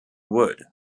wood